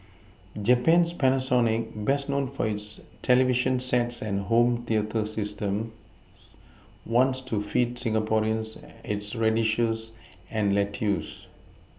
Japan's Panasonic best known for its television sets and home theatre systems wants to feed Singaporeans its radishes and lettuce